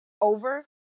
over